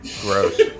gross